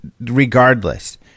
regardless